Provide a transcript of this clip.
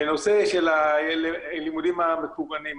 בנושא של הלימודים המקוונים.